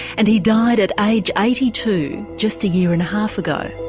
and he died at age eighty two just a year and a half ago.